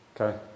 Okay